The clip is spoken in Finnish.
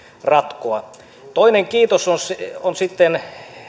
ratkoa toinen kiitos on sitten